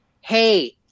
hey